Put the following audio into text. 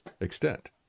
extent